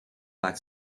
like